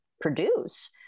produce